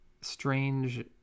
strange